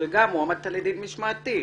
וגם הועמדת לדין משמעתי.